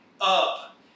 up